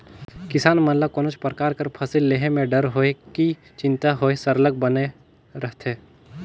किसान मन ल कोनोच परकार कर फसिल लेहे में डर होए कि चिंता होए सरलग बनले रहथे